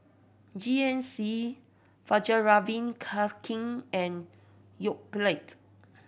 G N C Fjallraven Kanken and Yoplait